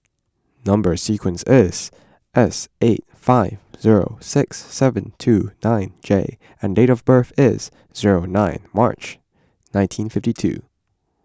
Number Sequence is S eight five zero six seven two nine J and date of birth is zero nine March nineteen fifty two